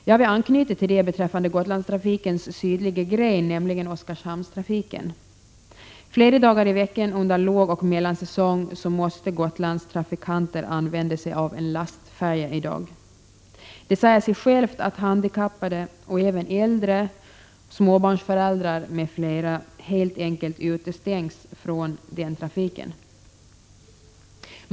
Jag vill anknyta till det beträffande Gotlandstrafikens sydliga gren, nämligen Oskarshamnstrafiken. Flera dagar i veckan under lågoch mellansäsong måste Gotlandstrafikanter numera färdas med en lastfärja. Det säger sig självt att handikappade och även äldre, småbarnsföräldrar m.fl. helt enkelt utestängs från den trafiken.